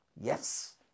Yes